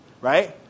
right